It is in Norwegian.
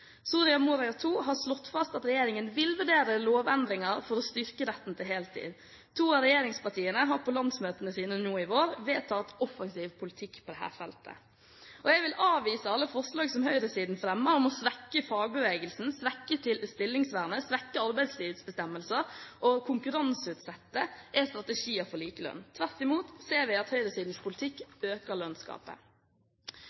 Soria Moria II har slått fast at regjeringen vil vurdere lovendringer for å styrke retten til heltid. To av regjeringspartiene har på landsmøtene sine i vår vedtatt offensiv politikk på dette feltet. Jeg vil avvise at alle forslag som høyresiden fremmer om at å svekke fagbevegelsen, svekke stillingsvernet, svekke arbeidstidsbestemmelser og konkurranseutsette, er strategier for likelønn. Tvert imot ser vi at høyresidens politikk